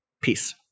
Peace